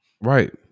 Right